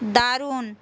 দারুন